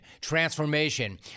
transformation